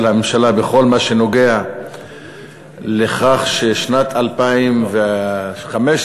הממשלה בכל מה שנוגע לכך ששנת 2015 תהיה